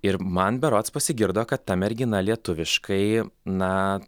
ir man berods pasigirdo kad ta mergina lietuviškai na